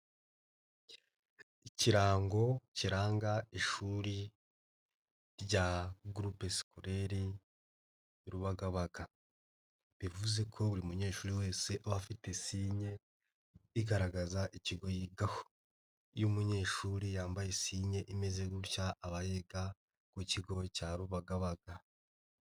Ikirango kiranga ishuri rya groupe scolaire Rubagabaga. Bivuze ko buri munyeshuri wese afite sinye, igaragaza ikigo yigaho. Iyo umunyeshuri yambaye sinye imeze gutya, aba yiga ku kigo cya Rubagabaga.